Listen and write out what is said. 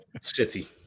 City